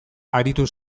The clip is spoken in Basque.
aritu